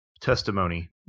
testimony